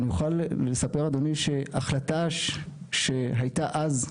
אני יוכל לספר אדוני שההחלטה שהייתה אז,